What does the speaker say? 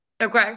Okay